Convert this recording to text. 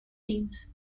teams